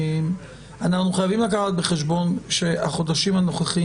אנחנו חייבים לקחת בחשבון שהחודשים הנוכחיים